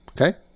Okay